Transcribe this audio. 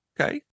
Okay